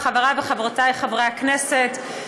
חבריי וחברותיי חברי הכנסת,